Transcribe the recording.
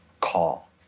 call